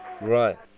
Right